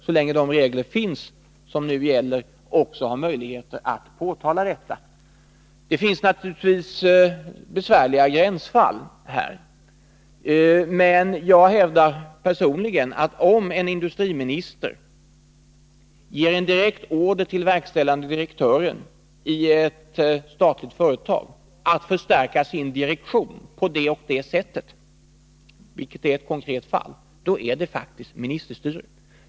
Så länge de regler finns som nu gäller är det naturligt att vi också har möjlighet att påtala detta. Det finns naturligtvis här besvärliga gränsfall. Jag hävdar personligen att om en industriminister ger en direkt order till verkställande direktören i ett statligt företag att förstärka sin direktion på det och det sättet — det är ett konkret fall — är det faktiskt ministerstyre.